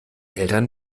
eltern